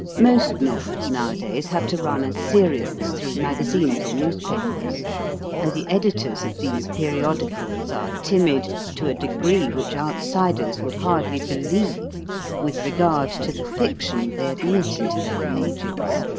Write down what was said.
most novels nowadays have to run as serials through magazines or newspapers and the editors of these periodicals are timid to a degree which outsiders would hardly believe with regard to the fiction they admit into their pages.